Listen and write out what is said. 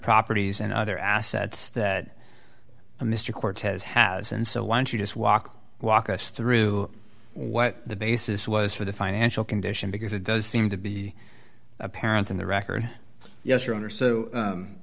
properties and other assets that mr cortez has and so why don't you just walk walk us through what the basis was for the financial condition because it does seem to be apparent in the record yes your honor so